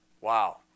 Wow